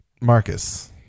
Marcus